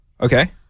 Okay